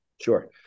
Sure